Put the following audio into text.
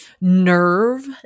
nerve